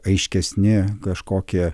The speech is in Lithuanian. aiškesni kažkokie